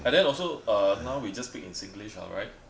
but then also err now we just speak in singlish lah right